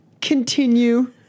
continue